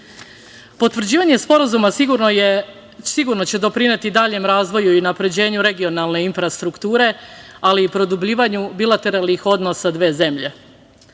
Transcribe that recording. Uvac. Potvrđivanje sporazuma sigurno će doprineti daljem razvoju i unapređenju regionalne infrastrukture ali i produbljivanju bilateralnih odnosa dve zemlje.